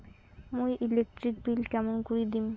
মুই electric bill কেমন করি দিম?